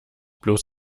bloß